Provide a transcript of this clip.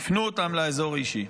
הפנו אותם לאזור האישי.